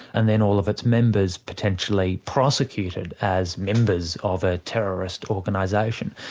and then all of its members potentially prosecuted as members of a terrorist organisation.